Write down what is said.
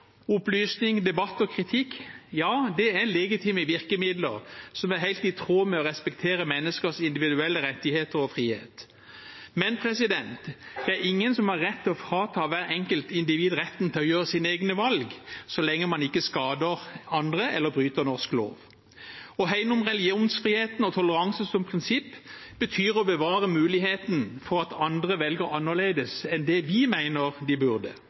opplysning, debatt og kritikk – ja, det er legitime virkemidler som er helt i tråd med det å respektere menneskers individuelle rettigheter og frihet. Men det er ingen som har rett til å frata hvert enkelt individ retten til å gjøre sine egne valg så lenge man ikke skader andre eller bryter norsk lov. Å hegne om religionsfrihet og toleranse som prinsipp betyr å bevare muligheten for at andre velger annerledes enn det vi mener de burde.